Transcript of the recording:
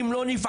אם לא נפעל,